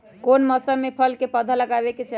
कौन मौसम में फल के पौधा लगाबे के चाहि?